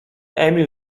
emil